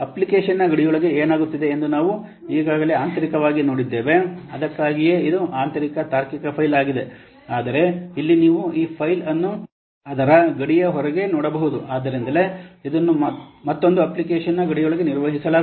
ಅಪ್ಲಿಕೇಶನ್ನ ಗಡಿಯೊಳಗೆ ಏನಾಗುತ್ತಿದೆ ಎಂದು ನಾವು ಈಗಾಗಲೇ ಆಂತರಿಕವಾಗಿ ನೋಡಿದ್ದೇವೆ ಅದಕ್ಕಾಗಿಯೇ ಇದು ಆಂತರಿಕ ತಾರ್ಕಿಕ ಫೈಲ್ ಆಗಿದೆ ಆದರೆ ಇಲ್ಲಿ ನೀವು ಈ ಫೈಲ್ ಅನ್ನು ಅದರ ಗಡಿಯ ಹೊರಗೆ ನೋಡಬಹುದು ಆದ್ದರಿಂದಲೇ ಇದನ್ನು ಮತ್ತೊಂದು ಅಪ್ಲಿಕೇಶನ್ನ ಗಡಿಯೊಳಗೆ ನಿರ್ವಹಿಸಲಾಗುತ್ತದೆ